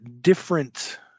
different